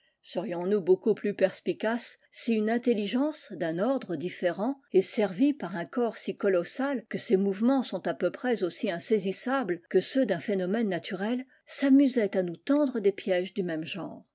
nous beaucoup pius perspicaces si une intelligence d'un ordre différent et servie par un corps si colossal que ses mouvements sont à peu près aussi insaisissables que ceux d'un phénomène naturel s'amusait à nous tendre des pièges du même genre